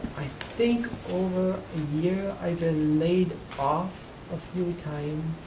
i think over a year. i've been laid off a few times.